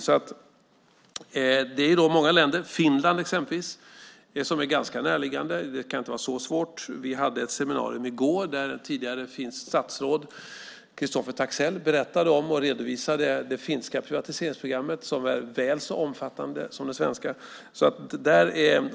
Det gäller många länder, exempelvis Finland, som är ganska näraliggande. Det kan inte vara så svårt. Vi hade ett seminarium i går där ett tidigare finskt statsråd, Christoffer Taxell, berättade om och redovisade det finska privatiseringsprogrammet, som är väl så omfattande som det svenska.